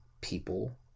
people